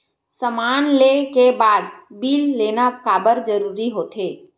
समान ले के बाद बिल लेना काबर जरूरी होथे?